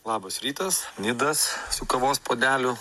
labas rytas nidas su kavos puodeliu